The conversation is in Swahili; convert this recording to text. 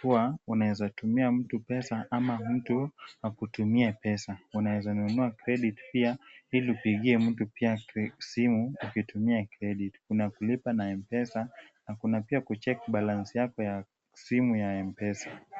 kuwa unaweza tumia mtu pesa ama mtu akutumie pesa. Unaweza nunua credit pia ili upigie mtu pia simu ukitumia credit . Kuna kulipa na M-Pesa na kuna pia kucheck balance yako ya simu ya M-Pesa.